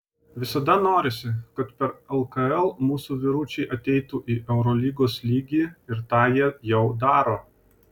visada norisi kad per lkl mūsų vyručiai ateitų į eurolygos lygį ir tą jie jau daro